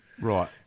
right